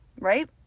right